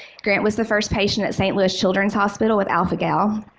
grant was the first patient at st. louis children's hospital with alpha-gal.